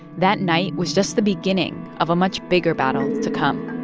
that night was just the beginning of a much bigger battle to come.